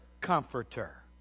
comforter